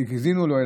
שהאזינו לו,